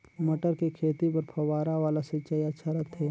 मटर के खेती बर फव्वारा वाला सिंचाई अच्छा रथे?